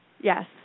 Yes